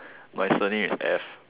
my surname is F